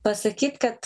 pasakyt kad